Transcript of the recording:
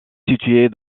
située